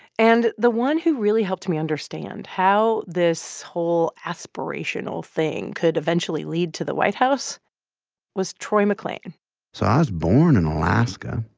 and the one who really helped me understand how this whole aspirational thing could eventually lead to the white house was troy mcclain so i was born in alaska.